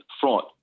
fraud